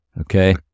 Okay